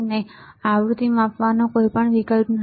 ના આવૃતિ માપવાનો કોઈ વિકલ્પ નથી